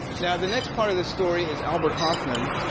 now the next part of the story is albert hofmann,